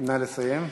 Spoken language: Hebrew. נא לסיים.